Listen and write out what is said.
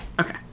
Okay